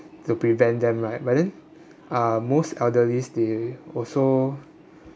to prevent them right but then uh most elderlies they also